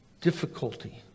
Difficulty